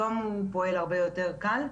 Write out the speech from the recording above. היום הוא פועל הרבה יותר קל.